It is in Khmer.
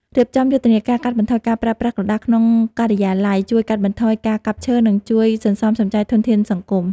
រៀបចំយុទ្ធនាការកាត់បន្ថយការប្រើប្រាស់ក្រដាសក្នុងការិយាល័យជួយកាត់បន្ថយការកាប់ឈើ និង ជួយសន្សំសំចៃធនធានសង្គម។